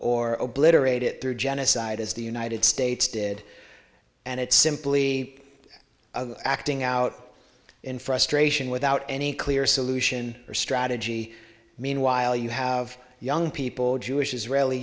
or obliterate it through genocide as the united states did and it's simply acting out in frustration without any clear solution or strategy meanwhile you have young people jewish israeli